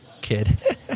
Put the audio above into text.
kid